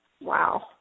Wow